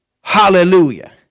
Hallelujah